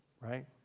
Right